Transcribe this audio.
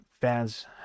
fans